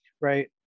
Right